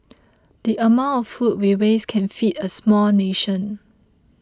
the amount of food we waste can feed a small nation